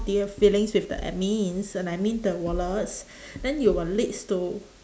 to your feelings with the admins and I mean the warlords then it will leads to